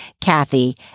Kathy